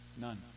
none